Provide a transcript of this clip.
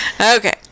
okay